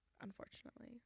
Unfortunately